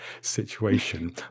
situation